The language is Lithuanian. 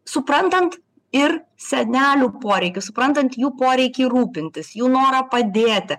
suprantant ir senelių poreikius suprantant jų poreikį rūpintis jų norą padėti